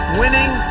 winning